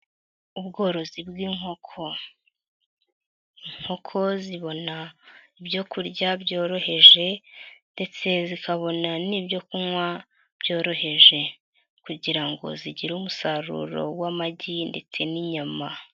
Ubworozi bw'inkoko, inkoko zibona ibyo kurya byoroheje ndetse zikabona n'ibyo kunywa byoroheje kugira ngo zigire umusaruro w'amagi ndetse n'inyama.